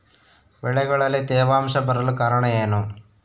ಬೆಳೆಗಳಲ್ಲಿ ತೇವಾಂಶ ಬರಲು ಕಾರಣ ಏನು?